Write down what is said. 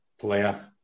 player